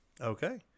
okay